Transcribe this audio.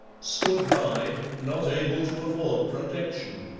stood by, not able to afford protection,